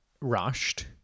rushed